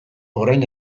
orain